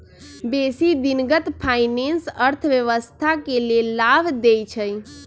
बेशी दिनगत फाइनेंस अर्थव्यवस्था के लेल लाभ देइ छै